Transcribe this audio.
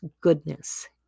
goodness